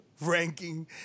ranking